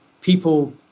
people